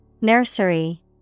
Nursery